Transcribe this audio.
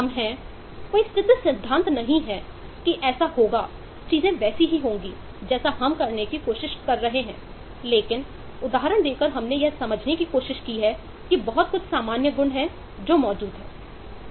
हम हैं कोई सिद्ध सिद्धांत नहीं है कि ऐसा होगा चीजें वैसे ही होंगी जैसे हम करने की कोशिश कर रहे हैं लेकिन उदाहरण देकर हमने यह समझने की कोशिश की है कि बहुत कुछ सामान्य गुण है जो मौजूद हैं